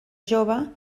jove